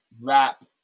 rap